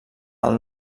del